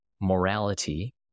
morality